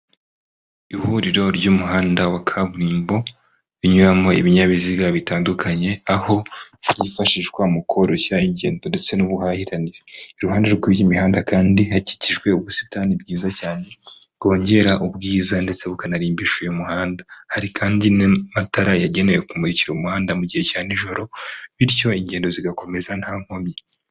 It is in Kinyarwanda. Ihuriro ry'umuhanda wa kaburimbo, rinyuramo ibinyabiziga bitandukanye, aho byifashishwa mu koroshya ingendo ndetse n'ubuhahirane, iruhande rw'iyi mihanda kandi hakikijwe ubusitani bwiza, bwongera ubwiza ndetse bukanarimbisha uyu muhanda, hari kandi n'amatara yagenewe kumurika umuhanda mu gihe cya nijoro, bityo ingendo zigakomeza nta nkomyi.